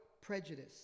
prejudice